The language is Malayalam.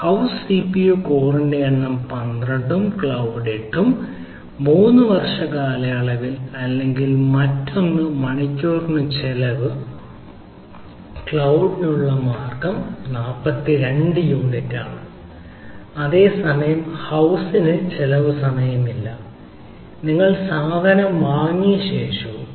ഹൌസ് സിപിയു കോറിന്റെ എണ്ണം 12 ക്ലൌഡ് 8 3 വർഷ കാലയളവിൽ അല്ലെങ്കിൽ മറ്റൊന്നിൽ മണിക്കൂറിന് ചെലവ് ക്ളൌഡ്നുള്ള മാർഗ്ഗം 42 യൂണിറ്റാണ് അതേസമയം ഹൌസ്ലെ ചെലവ് സമയമില്ല നിങ്ങൾക്ക് സാധനം വാങ്ങിയ ശേഷം കഴിയും